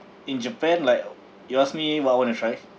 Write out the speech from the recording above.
in japan like you ask me what I want to try